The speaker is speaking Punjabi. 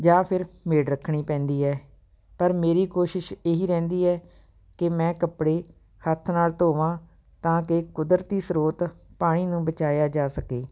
ਜਾਂ ਫਿਰ ਮੇਡ ਰੱਖਣੀ ਪੈਂਦੀ ਹੈ ਪਰ ਮੇਰੀ ਕੋਸ਼ਿਸ਼ ਇਹੀ ਰਹਿੰਦੀ ਹੈ ਕਿ ਮੈਂ ਕੱਪੜੇ ਹੱਥ ਨਾਲ ਧੋਵਾਂ ਤਾਂ ਕਿ ਕੁਦਰਤੀ ਸਰੋਤ ਪਾਣੀ ਨੂੰ ਬਚਾਇਆ ਜਾ ਸਕੇ